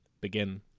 begin